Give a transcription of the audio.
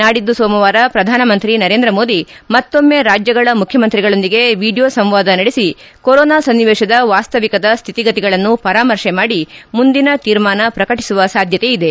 ನಾಡಿದ್ದು ಸೋಮವಾರ ಪ್ರಧಾನ ಮಂತ್ರಿ ನರೇಂದ್ರ ಮೋದಿ ಮತ್ತೊಮ್ಮೆ ರಾಜ್ಯಗಳ ಮುಖ್ಯಮಂತ್ರಿಗಳೊಂದಿಗೆ ವಿಡಿಯೋ ಸಂವಾದ ನಡೆಸಿ ಕೊರೊನಾ ಸನ್ನಿವೇಶದ ವಾಸ್ತವಿಕದ ಸ್ಥಿತಿಗತಿಗಳನ್ನು ಪರಾಮರ್ಶೆ ಮಾಡಿ ಮುಂದಿನ ತೀರ್ಮಾನ ಪ್ರಕಟಿಸುವ ಸಾಧ್ಯತೆಯಿದೆ